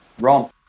wrong